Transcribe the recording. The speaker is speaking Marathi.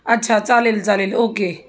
अच्छा चालेल चालेल ओके